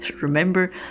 remember